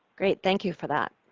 great. thank you for that.